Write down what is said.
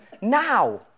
now